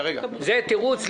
זה תירוץ.